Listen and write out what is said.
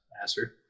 master